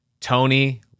Tony